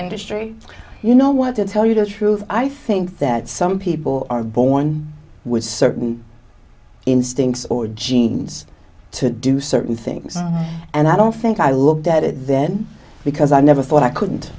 industry you know what to tell you the truth i think that some people are born with certain instincts or genes to do certain things and i don't think i looked at it then because i never thought i couldn't